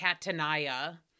Catania